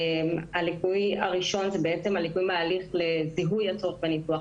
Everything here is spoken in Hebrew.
הליקוי הראשון הוא בעצם ליקוי בהליך לזיהוי הצורך בניתוח,